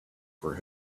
for